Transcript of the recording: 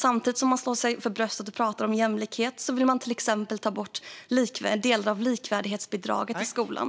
Samtidigt som man slår sig för bröstet och talar om jämlikhet vill man till exempel ta bort delar av likvärdighetsbidraget till skolan.